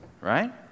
Right